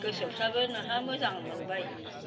गोसोफोराबो नोंहा मोजां मोनबाय